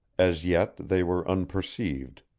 as yet they were unperceived.